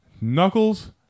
Knuckles